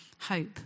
hope